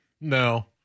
No